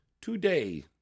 today